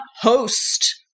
host